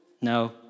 No